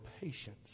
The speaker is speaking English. patience